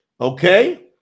okay